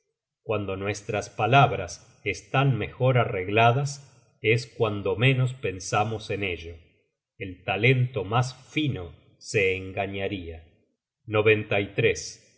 cuando nuestras palabras estan mejor arregladas es cuando menos pensamos en ello el talento mas fino se engañaria el que